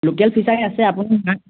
local ফিচাৰী আছে আপুনি